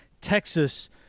Texas